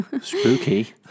Spooky